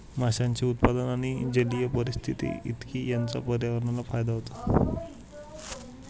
माशांचे उत्पादन आणि जलीय पारिस्थितिकी यांचा पर्यावरणाला फायदा होतो